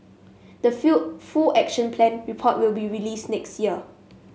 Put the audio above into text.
the fill full Action Plan report will be release next year